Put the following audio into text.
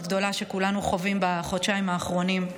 גדולה שכולנו חווים בחודשים האחרונים,